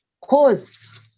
cause